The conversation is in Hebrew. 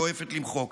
שואפת למחוק.